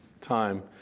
time